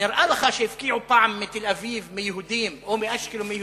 נראה לך שהפקיעו פעם מתל-אביב מיהודים או מאשקלון מיהודים,